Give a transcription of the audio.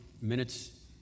minutes